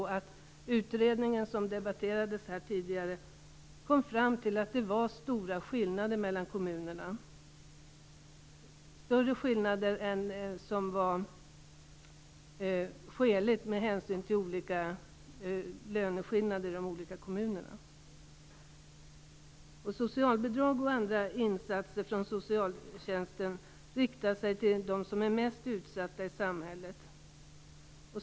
Den utredning som debatterades här tidigare kom fram till att det var stora skillnader mellan kommunerna - större än vad som var skäligt med hänsyn till olika löneskillnader i de olika kommunerna. Socialbidrag och andra insatser från socialtjänsten riktar sig till dem som är mest utsatta i samhället.